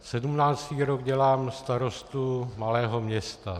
Sedmnáctý rok dělám starostu malého města.